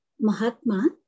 Mahatma